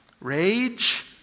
rage